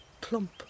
plump